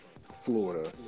Florida